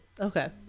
Okay